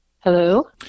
hello